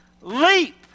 Leap